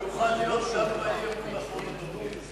הוא יוכל להיות גם באי-אמון אחרון הדוברים.